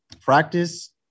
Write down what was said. practice